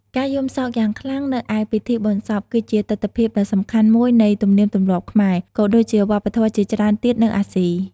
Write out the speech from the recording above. ការយំសោកយ៉ាងខ្លាំងនៅឯពិធីបុណ្យសព គឺជាទិដ្ឋភាពដ៏សំខាន់មួយនៃទំនៀមទម្លាប់ខ្មែរ ក៏ដូចជាវប្បធម៌ជាច្រើនទៀតនៅអាស៊ី។